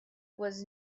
was